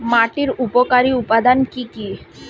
মাটির উপকারী উপাদান কি কি?